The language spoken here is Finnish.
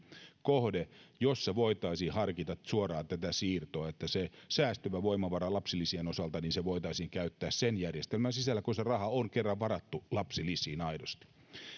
kohde jossa voitaisiin harkita suoraan tätä siirtoa että se säästyvä voimavara lapsilisien osalta voitaisiin käyttää sen järjestelmän sisällä kun se raha on kerran varattu lapsilisiin aidosti